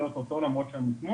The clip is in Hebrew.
למרות שהם הוקמו